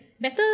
better